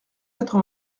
quatre